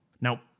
Now